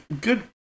good